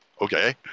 okay